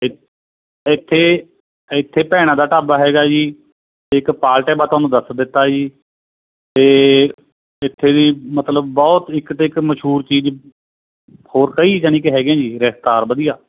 ਇ ਇੱਥੇ ਇੱਥੇ ਭੈਣਾਂ ਦਾ ਢਾਬਾ ਹੈਗਾ ਜੀ ਅਤੇ ਇੱਕ ਪਾਲ ਢਾਬਾ ਤੁਹਾਨੂੰ ਦੱਸ ਦਿੱਤਾ ਜੀ ਅਤੇ ਇੱਥੇ ਜੀ ਮਤਲਬ ਬਹੁਤ ਇੱਕ ਤੋਂ ਇੱਕ ਮਸ਼ਹੂਰ ਚੀਜ਼ ਹੋਰ ਕਈ ਜਾਣੀ ਕਿ ਹੈਗੇ ਜੀ ਰੈਸਟਾਰ ਵਧੀਆ